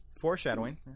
Foreshadowing